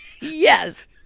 Yes